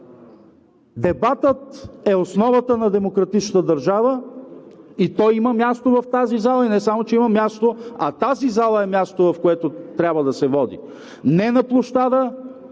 Дебатът е основата на демократичната държава и той има място в тази зала, и не само че има място, а тази зала е мястото, в което трябва да се води – не на площада,